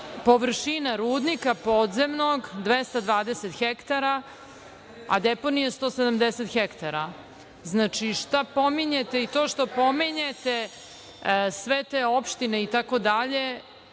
površina rudnika podzemnog 220 hektara, a deponije 170 hektara. Šta pominjete i to što pominjete sve te opštine itd.